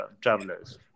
travelers